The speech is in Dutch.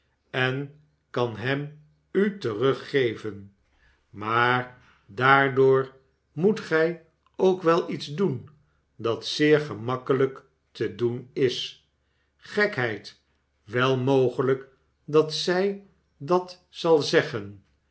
en kan hem u teruggeven maar daardoor moet gij ook iets doen dat zeer gemakkelijk te doen is gekheid wel mogelijk dat zij dat zal zeggen